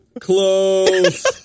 close